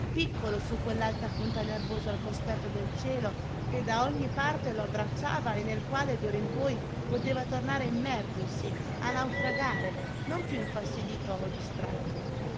piccolo su quell'alta punta nevosa al cospetto del cielo che da ogni parte lo abbracciava e nel quale d'ora in poi poteva tornare a immergersi a naufragare non più infastidito o distratto